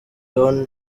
don